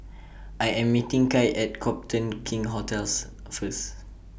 I Am meeting Kai At Copthorne King's hotels First